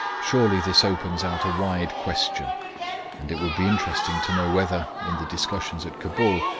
surely this opens out a wide question and it would be interesting to know whether, in the discussions at cabul,